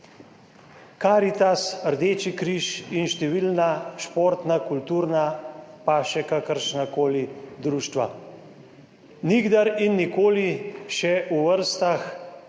Karitas, Rdeči križ in številna športna, kulturna pa še kakršnakoli društva. Nikdar in nikoli še v vrstah